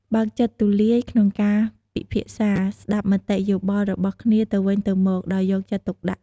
បើកចិត្តទូលាយក្នុងការពិភាក្សា ស្ដាប់មតិយោបល់របស់គ្នាទៅវិញទៅមកដោយយកចិត្តទុកដាក់។